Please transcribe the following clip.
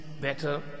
better